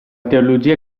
teologia